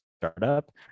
startup